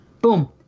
Boom